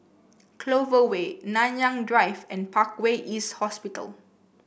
Clover Way Nanyang Drive and Parkway East Hospital